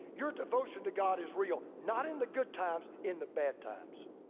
your devotion to god is real, not in the good times in the bad times.